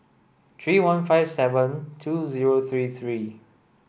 three one five seven two zero three three